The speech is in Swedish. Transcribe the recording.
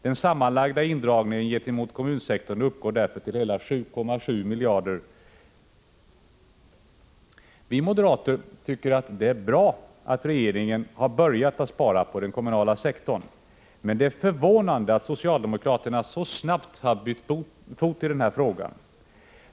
Den sammanlagda indragningen gentemot kommunsektorn uppgår därför till hela 7,7 miljarder kronor. Vi moderater tycker att det är bra att regeringen har börjat att spara på den kommunala sektorn. Men det är förvånande att socialdemokraterna så snabbt har bytt fot i den här frågan.